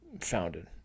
founded